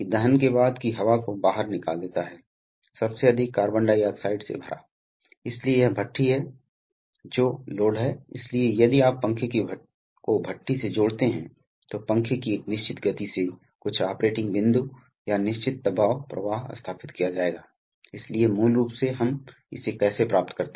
दूसरी ओर न्यूमेटिक्स प्रणालियों के नुकसान भी हैं उदाहरण के लिए सबसे पहले ये सिस्टम जलगति विज्ञान की तुलना में प्रदर्शन में धीमे हैं उनकी बिजली की हैंडलिंग रेटिंग भी आम तौर पर धीमी होती है और एक की तुलना में परिष्कृत नियंत्रण के संदर्भ में वे इलेक्ट्रिक नियंत्रण से घटिया हैं